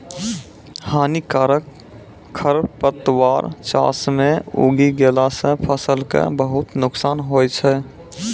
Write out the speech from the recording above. हानिकारक खरपतवार चास मॅ उगी गेला सा फसल कॅ बहुत नुकसान होय छै